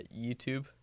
YouTube